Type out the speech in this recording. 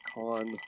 con